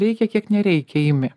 reikia kiek nereikia imi